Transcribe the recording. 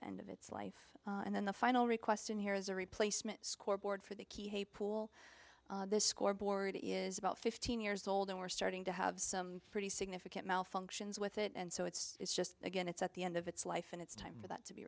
the end of its life and then the final request in here is a replacement scoreboard for the key hey pool this scoreboard is about fifteen years old and we're starting to have some pretty significant malfunctions with it and so it's it's just again it's at the end of its life and it's time for that to be